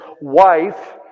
wife